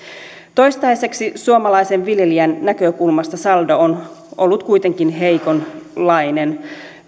toistaiseksi suomalaisen viljelijän näkökulmasta saldo on ollut kuitenkin heikonlainen